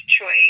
choice